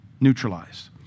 neutralized